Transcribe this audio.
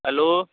hello